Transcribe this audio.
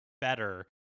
better